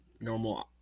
normal